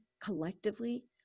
collectively